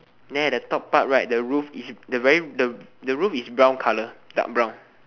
then at the top part right the roof is the very the the roof is brown colour dark brown